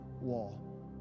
wall